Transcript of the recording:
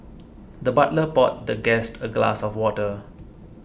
the butler poured the guest a glass of water